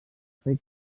fer